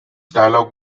dialogue